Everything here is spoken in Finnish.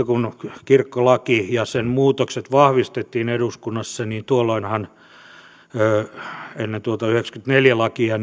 kun vanha kirkkolaki ja sen muutokset vahvistettiin eduskunnassa niin tuolloin ennen tuota vuoden yhdeksänkymmentäneljä lakia